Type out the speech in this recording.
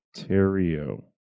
Ontario